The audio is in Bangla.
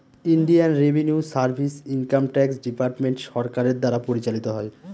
Indian revenue service income tax department সরকারের দ্বারা পরিচালিত হয়